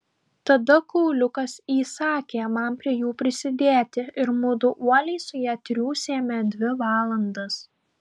tada kauliukas įsakė man prie jų prisidėti ir mudu uoliai su ja triūsėme dvi valandas